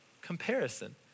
comparison